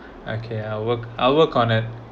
okay I work I work on it